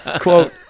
Quote